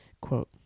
Quote